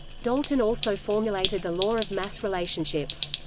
dalton also formulated the law of mass relationships.